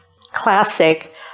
classic